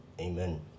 amen